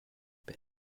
bij